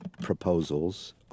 proposals